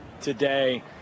today